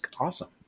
awesome